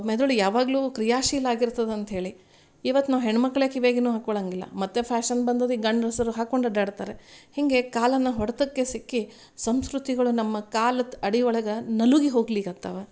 ಮೆದುಳು ಯಾವಾಗಲು ಕ್ರಿಯಾಶೀಲ ಆಗಿರ್ತದಂತ್ಹೇಳಿ ಇವತ್ತು ನಾವು ಹೆಣ್ಣು ಮಕ್ಕಳೆ ಕಿವಿಯಾಗ ಏನು ಹಾಕೊಳಂಗಿಲ್ಲ ಮತ್ತು ಫ್ಯಾಷನ್ ಬಂದದೆ ಗಂಡಸರು ಹಾಕೊಂಡು ಅಡ್ಯಾಡ್ತಾರೆ ಹಿಂಗೆ ಕಾಲನ ಹೊಡೆತಕ್ಕೆ ಸಿಕ್ಕಿ ಸಂಸ್ಕೃತಿಗಳು ನಮ್ಮ ಕಾಲದ್ ಅಡಿವಳಗೆ ನಲುಗಿ ಹೋಗಲಿಕತ್ತಾವ